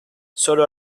solo